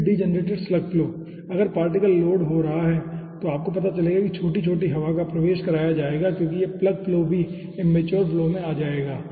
फिर degenerated slug flow अगर particle load हो रहा है तो आपको पता चलेगा कि छोटी छोटी हवा का प्रवेश कराया जाएगा क्योंकि यह प्लग फ्लो भी इम्मेचुर फ्लो में आ जाएगा